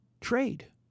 trade